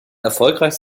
erfolgreich